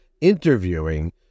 interviewing